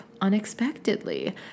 unexpectedly